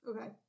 Okay